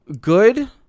good